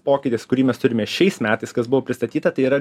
pokytis kurį mes turime šiais metais kas buvo pristatyta tai yra